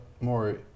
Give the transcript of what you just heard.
more